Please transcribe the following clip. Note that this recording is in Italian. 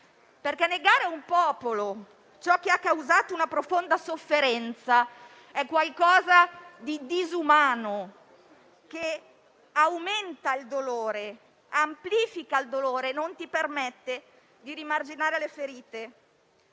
negare a un popolo ciò che ha causato una profonda sofferenza è qualcosa di disumano, che aumenta il dolore, lo amplifica e non permette di rimarginare le ferite.